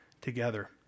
together